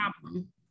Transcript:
problem